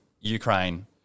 Ukraine